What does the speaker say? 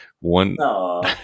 one